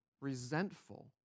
Resentful